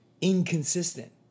inconsistent